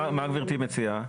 מה גברתי מציעה?